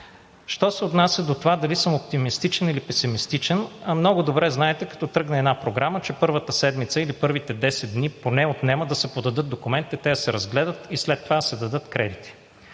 Що се отнася до това дали съм оптимистичен или песимистичен, много добре знаете, като тръгне една програма, че поне седмица или десет дни отнема да се подадат документите, те да се разгледат и след това да се дадат кредити.